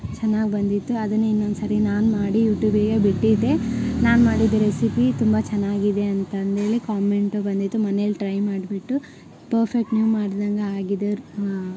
ಚೆನ್ನಾಗ್ ಬಂದಿತ್ತು ಅದನ್ನೇ ಇನ್ನೊಂದ್ಸರಿ ನಾನು ಮಾಡಿ ಯೂಟೂಬಿಗೆ ಬಿಟ್ಟಿದ್ದೆ ನಾನು ಮಾಡಿದ್ದು ರೆಸಿಪಿ ತುಂಬ ಚೆನ್ನಾಗಿದೆ ಅಂತಂದೇಳಿ ಕಾಮೆಂಟು ಬಂದಿತ್ತು ಮನೇಲಿ ಟ್ರೈ ಮಾಡಿಬಿಟ್ಟು ಪಫೆಕ್ಟ್ ನೀವು ಮಾಡ್ದಂಗೆ ಆಗಿದೆ